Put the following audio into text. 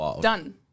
Done